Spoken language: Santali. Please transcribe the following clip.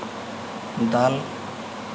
ᱫᱟᱞ